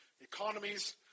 economies